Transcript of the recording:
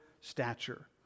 stature